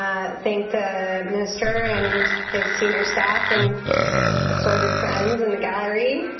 i thank the minister and his senior staff and assorted friends in the gallery.